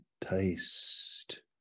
taste